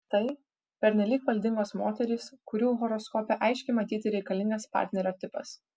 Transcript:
tai pernelyg valdingos moterys kurių horoskope aiškiai matyti reikalingas partnerio tipas